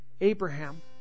Abraham